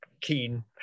keen